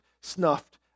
snuffed